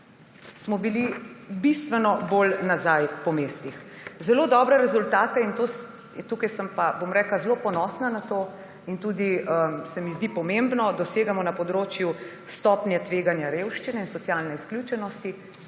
smo bili bistveno bolj nazaj po mestih. Zelo dobre rezultate − in tukaj sem pa zelo ponosna na to in tudi se mi zdi pomembno − dosegamo na področju stopnje tveganja revščine in socialne izključenosti